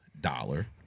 dollar